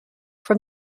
from